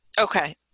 Okay